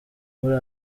muri